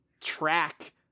track